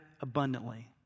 abundantly